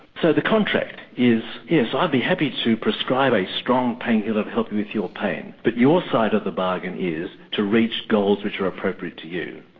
so the contract is yes, i'd be happy to prescribe a strong pain killer to help you with your pain but your side of the bargain is to reach goals which are appropriate to you.